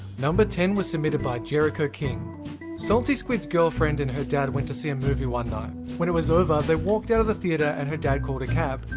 number ten was submitted by jericho-king saltysquid saltysquid's girlfriend and her dad went to see a movie one night. when it was over, they walked out of the theater and her dad called a cab.